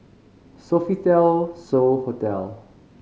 Sofitel So Hotel